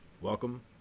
Welcome